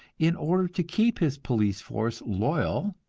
in order to keep his police force loyal,